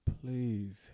Please